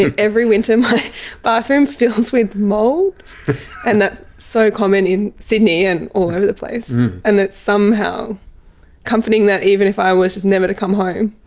every winter my bathroom fills with mould and that's so common in sydney and all over the place and it's somehow comforting that even if i was just never to come home,